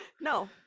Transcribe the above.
no